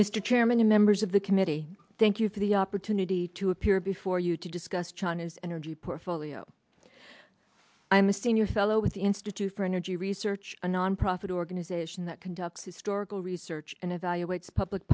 mr chairman and members of the committee thank you for the opportunity to appear before you to discuss china's energy portfolio i'm a senior fellow with the institute for energy research a nonprofit organization that conducts historical research and evaluates public